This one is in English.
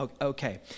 Okay